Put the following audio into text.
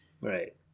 Right